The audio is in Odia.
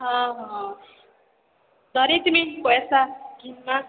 ହଁ ହଁ ଧରିଥିମି ପଏସା ଘିନ୍ମା